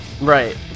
right